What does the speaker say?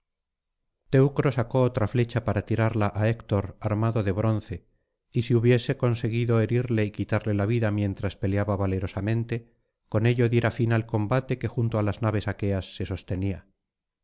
sacó otra flecha para tirarla á héctor armado de bronce y si hubiese conseguido herirle y quitarle la vida mientras peleaba valerosamente con ello diera fin al combate que junto á las naves aqueas se sostenía